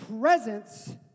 presence